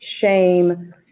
shame